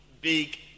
big